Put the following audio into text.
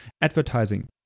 advertising